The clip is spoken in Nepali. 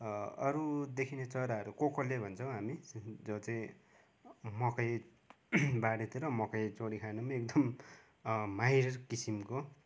अरू देखिने चराहरू कोकोले भन्छौँ हामी जो चाहिँ मकै बारीतिर मकै चोरिखानुमा एकदम माहिर किसिमको